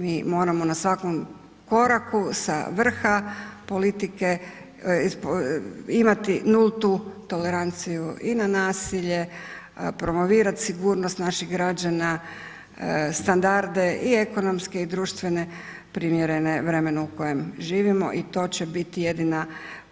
Mi moramo na svakom koraku sa vrha politike imati nultu toleranciju i na nasilje, promovirat sigurnost naših građana, standarde i ekonomske i društvene primjerene vremenu u kojem živimo i to će biti jedina